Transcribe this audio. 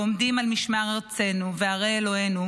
העומדים על משמר ארצנו וערי אלוהינו,